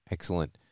Excellent